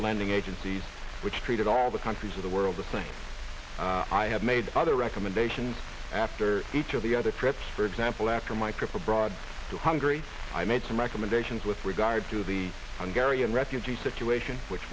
the lending agencies which treated all the countries of the world the same i have made other recommendations after each of the other threats for example after my trip abroad to hungary i made some recommendations with regard to the hungary and refugee situation which